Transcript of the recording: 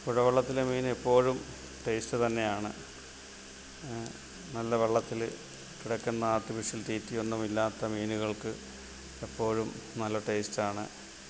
പുഴവെള്ളത്തിലെ മീൻ എപ്പോഴും ടേസ്റ്റ് തന്നെയാണ് നല്ല വെള്ളത്തിൽ കിടക്കുന്ന ആർട്ടിഫിഷ്യൽ തീറ്റയൊന്നും ഇല്ലാത്ത മീനുകൾക്ക് എപ്പോഴും നല്ല ടേസ്റ്റ് ആണ്